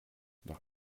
nach